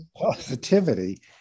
positivity